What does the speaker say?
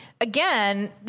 again